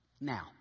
Now